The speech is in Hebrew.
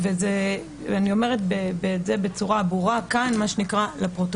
אני אומרת את זה בצורה ברורה כאן לפרוטוקול.